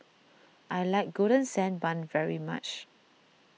I like Golden Sand Bun very much